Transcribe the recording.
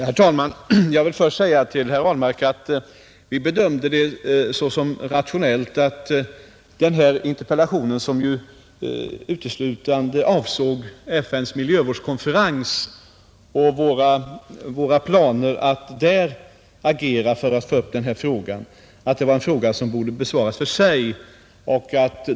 Herr talman! Jag vill först säga till herr Ahlmark att vi bedömde det såsom rationellt att den här interpellationen, som ju uteslutande avsåg FN: miljövårdskonferens och våra planer att där agera för att få upp denna fråga till behandling, gällde en fråga som borde besvaras för sig.